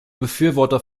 befürworter